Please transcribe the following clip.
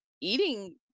eating